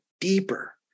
deeper